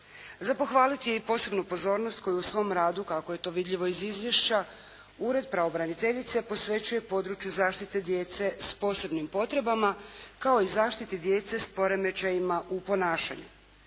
Za pohvaliti je i posebnu pozornost koju u svom radu kako je to vidljivo iz izvješća, Ured pravobraniteljice posvećuje području zaštite djece s posebnim potrebama kao i zaštiti djece s poremećajima u ponašanju.